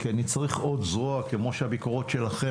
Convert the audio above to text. כי אני צריך עוד זרוע כמו שהביקורות שלכם